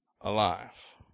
alive